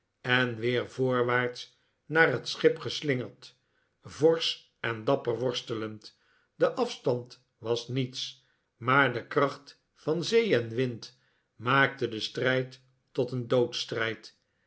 en weer voorwaarts naar het schip geslingerd forsch en dapper worstelend de af stand was niets maar de kracht van zee en wind maakte dien strijd tot een doodsstrijd